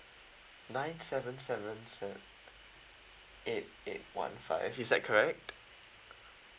nine seven seven sev~ eight eight one five is that correct